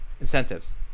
incentives